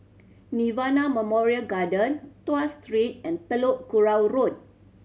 Nirvana Memorial Garden Tuas Street and Telok Kurau Road